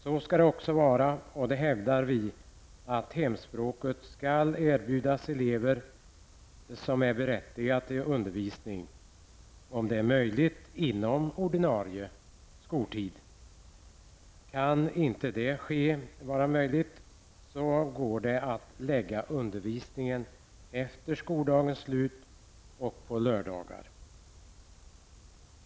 Så skall det också vara, och vi hävdar att hemspråket skall erbjudas elever som är berättigade till undervisning, om möjligt på ordinarie skoltid. Kan det inte ske skall det vara möjligt att lägga undervisning efter skoldagens slut och på lördagar.